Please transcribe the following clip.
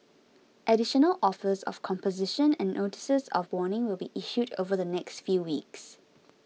additional offers of composition and notices of warning will be issued over the next few weeks